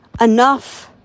enough